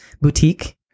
boutique